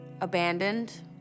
abandoned